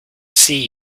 see